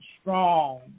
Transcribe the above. strong